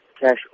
cash